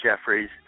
Jeffries